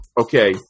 okay